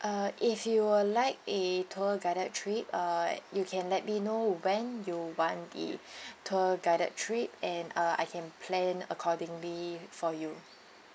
uh if you were like a tour guided trip uh you can let me know when you want the tour guided trip and uh I can plan accordingly for you